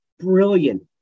Brilliant